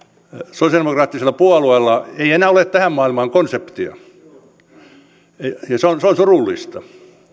sosialidemokraattisella puolueella ei enää ole tähän maailmaan konseptia se on surullista